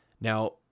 Now